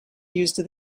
used